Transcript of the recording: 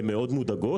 הן מאוד מודאגות.